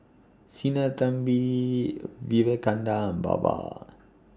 Sinnathamby Vivekananda and Baba